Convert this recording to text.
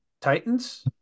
Titans